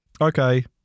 Okay